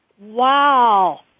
Wow